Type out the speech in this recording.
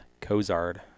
Kozard